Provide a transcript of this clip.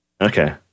okay